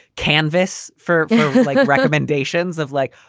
canvass for like recommendations of like,